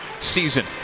season